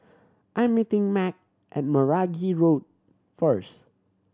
I'm meeting Mack at Meragi Road first